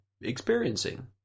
experiencing